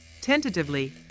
Tentatively